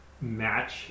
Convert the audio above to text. match